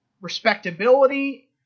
respectability